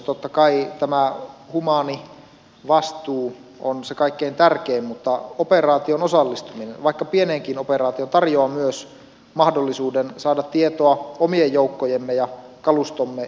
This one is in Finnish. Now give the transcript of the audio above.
totta kai tämä humaani vastuu on se kaikkein tärkein mutta operaatioon osallistuminen vaikka pieneenkin operaatioon tarjoaa myös mahdollisuuden saada tietoa omien joukkojemme ja kalustomme suorituskyvystä